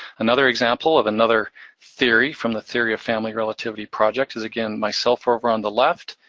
another example of another theory from the theory of family relativity projects is again, myself over on the left,